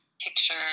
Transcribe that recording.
picture